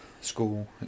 school